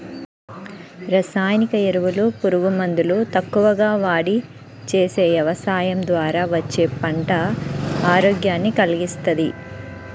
రసాయనిక ఎరువులు, పురుగు మందులు తక్కువగా వాడి చేసే యవసాయం ద్వారా వచ్చే పంట ఆరోగ్యాన్ని కల్గిస్తది